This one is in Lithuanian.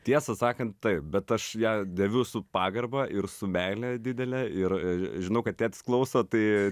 tiesą sakant taip bet aš ją dėviu su pagarba ir su meile didele ir ži žinau kad tėtis klauso tai